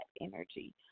energy